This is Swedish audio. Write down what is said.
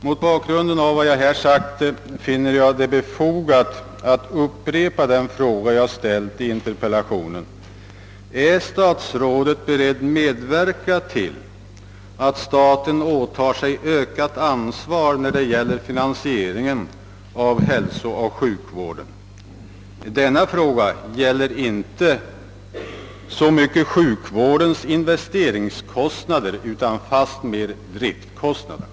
Mot bakgrunden av vad jag här sagt finner jag det befogat att upprepa den fråga jag ställt i interpellationen: Är statsrådet beredd medverka till att staten åtar sig ökat ansvar för finansieringen av hälsooch sjukvården? Denna fråga gäller inte så mycket sjukvårdens investeringskostnader som = fastmer driftkostnaderna.